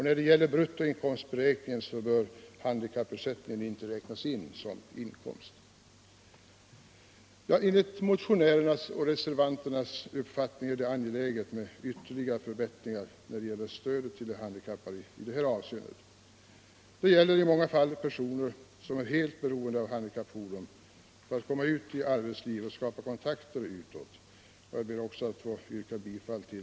När det gäller bruttoinkomstberäkningen bör handikappersättningen icke medräknas som inkomst. Enligt motionärernas och reservanternas uppfattning är det angeläget med ytterligare förbättringar av stödet ull de handikappade i detta avseende. Det gäller i många fall personer som är helt beroende av handikappfordon för att komma ut i arbetsliv och skapa kontakter utåt.